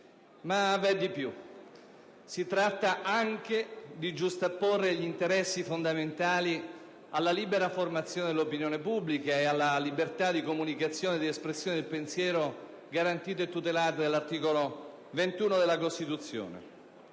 Ma vi è di più. Si tratta anche di giustapporre gli interessi fondamentali alla libera formazione dell'opinione pubblica e alla libertà di comunicazione e di espressione del pensiero, garantita e tutelata dall'articolo 21 della Costituzione.